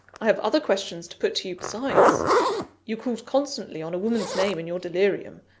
i have other questions to put to you, besides you called constantly on a woman's name in your delirium.